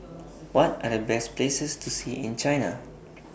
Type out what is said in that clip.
What Are The Best Places to See in China